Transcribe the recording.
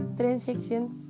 transactions